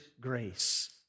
grace